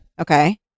okay